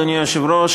אדוני היושב-ראש,